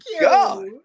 God